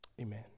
Amen